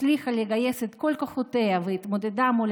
הצליחה לגייס את כל כוחותיה והתמודדה מול